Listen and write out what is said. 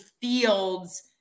Fields